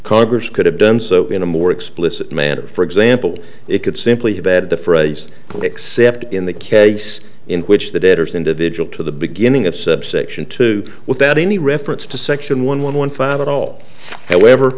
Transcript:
congress could have done so in a more explicit manner for example it could simply have had the phrase except in the case in which the debtors individual to the beginning of subsection two without any reference to section one one one five at all however